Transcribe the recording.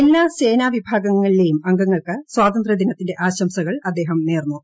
എല്ലാ സേനാവിഭാഗങ്ങളിലെയും അംഗങ്ങൾക്ക് സ്വാതന്ത്ര ദിനത്തിന്റെ ആശംസകൾ അദ്ദേഹം നേർന്നു